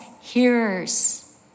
hearers